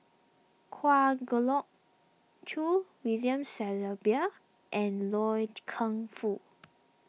Kwa Geok Choo William Shellabear and Loy Keng Foo